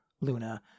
Luna